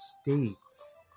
States